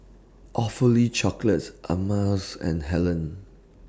Awfully Chocolates Ameltz and Helen